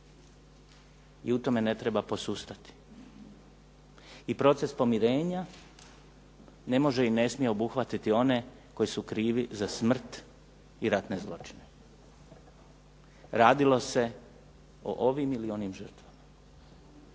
i u tome ne treba posustati.I proces pomirenja ne može i ne smije obuhvatiti one koji su krivi za smrt i ratne zločine, radilo se o ovim ili onim žrtvama.